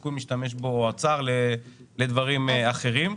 השיכון משתמש בו או האוצר לדברים אחרים?